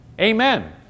Amen